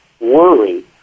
worry